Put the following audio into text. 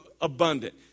Abundant